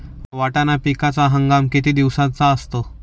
वाटाणा पिकाचा हंगाम किती दिवसांचा असतो?